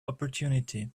opportunity